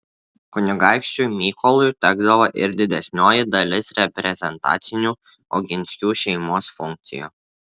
kunigaikščiui mykolui tekdavo ir didesnioji dalis reprezentacinių oginskių šeimos funkcijų